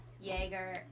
Jaeger